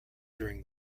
during